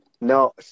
No